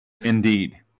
Indeed